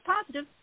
positive